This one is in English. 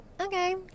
okay